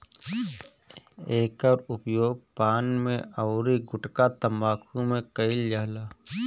एकर उपयोग पान में अउरी गुठका तम्बाकू में कईल जाला